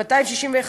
261,